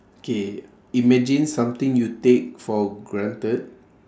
K imagine something you take for granted